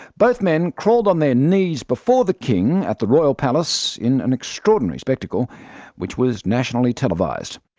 both men crawled on their knees before the king at the royal palace in an extraordinary spectacle which was nationally televised.